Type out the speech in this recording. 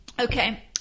Okay